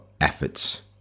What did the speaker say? efforts